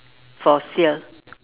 for sale